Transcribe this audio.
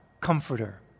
comforter